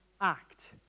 act